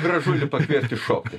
gražulį pakviesti šokti